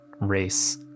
race